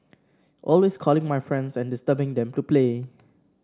always calling my friends and disturbing them to play